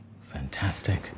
Fantastic